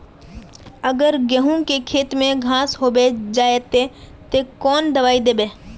अगर गहुम के खेत में घांस होबे जयते ते कौन दबाई दबे?